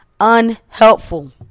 Unhelpful